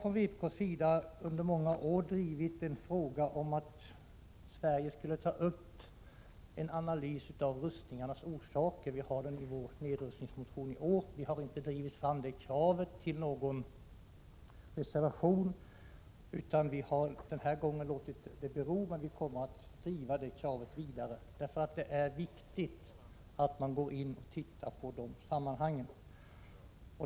Vi i vpk har under många år drivit en fråga om att Sverige skulle ta upp en analys av rustningarnas orsaker. Den frågan finns också med i vår nedrustningsmotion i år. Vi har inte drivit fram det kravet till någon reservation utan har låtit det bero den här gången. Vi kommer emellertid att driva det kravet vidare. Det är nämligen viktigt att undersöka sammanhangen.